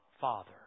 Father